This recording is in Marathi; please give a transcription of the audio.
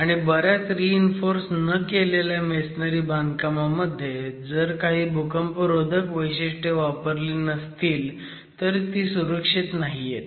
आणि बऱ्याच रीइन्फोर्स न केलेल्या मेसनरी बांधकामामध्ये जर काही भूकंपरोधक वैशिष्ट्ये वापरली नसतील तर ती सुरक्षित नाहीयेत